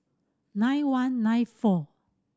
nine one nine four